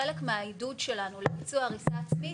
חלק מהעידוד שלנו לביצוע הריסה עצמית,